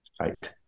right